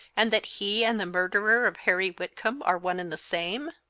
and that he and the murderer of harry whitcomb are one and the same?